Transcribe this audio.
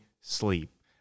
sleep